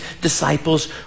disciples